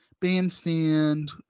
Bandstand